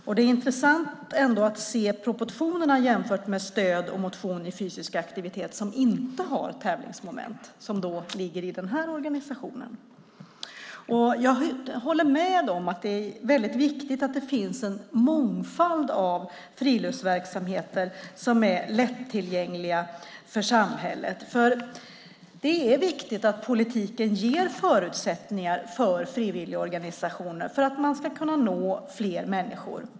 Det är ändå intressant att se proportionerna jämfört med stöd till motion och fysisk aktivitet som inte har tävlingsmoment och som ligger i friluftsorganisationen. Jag håller med om att det är viktigt att det finns en mångfald av friluftsverksamheter som är lättillgängliga för samhället. Det är viktigt att politiken ger förutsättningar för frivilligorganisationerna för att de ska kunna nå fler människor.